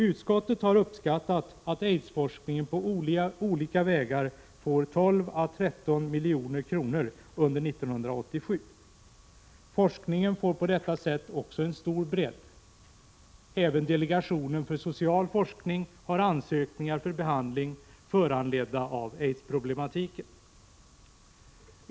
Utskottet har uppskattat att aidsforskningen på olika vägar får 12 å 13 milj.kr. under 1987. Forskningen får på detta sätt också en stor bredd. Även delegationen för social forskning har ansökningar för behandling, föranledda av aidsproblematiken.